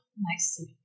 nice